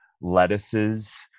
lettuces